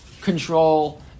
control